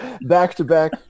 back-to-back